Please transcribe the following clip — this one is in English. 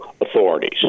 authorities